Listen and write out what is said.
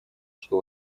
что